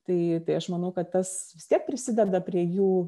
tai tai aš manau kad tas vis tiek prisideda prie jų